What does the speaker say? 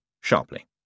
sharply